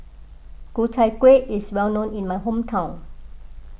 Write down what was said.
Ku Chai Kueh is well known in my hometown